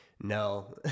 No